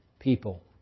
people